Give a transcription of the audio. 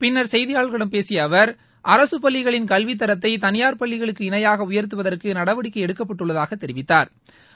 பின்னர் செய்தியாளர்களிடம் பேசிய அவர் அரசு பள்ளிகளின் கல்வித்தரத்தை தனியார் பள்ளிகளுக்கு இணையாக உயா்த்துவதற்கு நடவடிக்கை எடுக்கப்பட்டுள்ளதாக தெரிவித்தாா்